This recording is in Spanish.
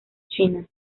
china